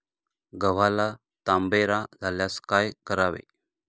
गव्हाला तांबेरा झाल्यास काय करावे?